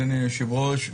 אדוני היושב-ראש,